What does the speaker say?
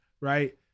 right